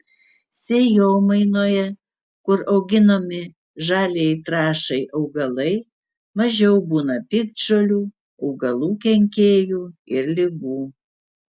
sėjomainoje kur auginami žaliajai trąšai augalai mažiau būna piktžolių augalų kenkėjų ir ligų